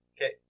Okay